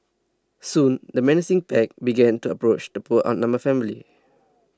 soon the menacing pack began to approach the poor outnumbered family